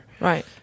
Right